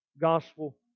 gospel